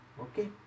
Okay